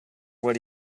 what